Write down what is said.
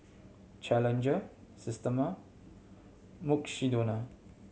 Challenger Systema Mukshidonna